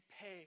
pay